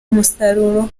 umusaruro